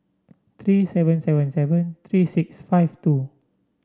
three seven seven seven three six five two